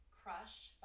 crushed